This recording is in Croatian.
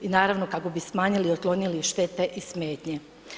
I naravno, kako bi smanjili i otklonili štete i smetnje.